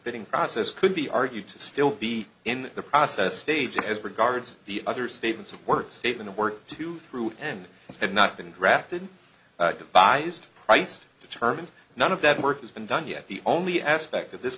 bidding process could be argued to still be in the process stage as regards the other statements of work state in the work to through and had not been drafted devised price determined none of that work has been done yet the only aspect of this